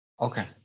okay